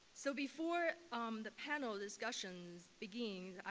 so before um the panel discussions begin,